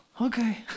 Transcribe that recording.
okay